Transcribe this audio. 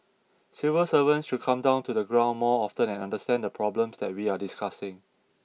civil servants should come down to the ground more often and understand the problems that we're discussing